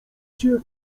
cię